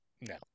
no